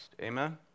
Amen